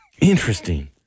Interesting